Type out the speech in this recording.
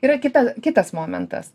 yra kita kitas momentas